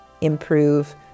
improve